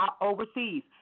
overseas